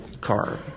car